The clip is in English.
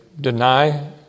deny